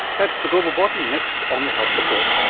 that's the global body, next on the health report.